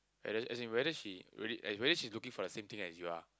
as as in whether she really whether she is looking for the same thing as you are